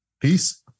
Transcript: Peace